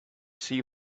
see